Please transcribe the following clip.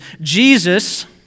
Jesus